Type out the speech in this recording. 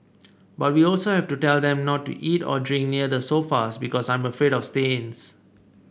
but we also have to tell them not to eat or drink near the sofas because I'm afraid of stains